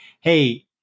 hey